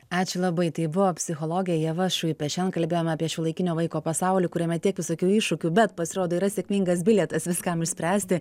ačiū labai tai buvo psichologė ieva šuipė šian kalbėjom apie šiuolaikinio vaiko pasaulį kuriame tiek visokių iššūkių bet pasirodo yra sėkmingas bilietas viskam išspręsti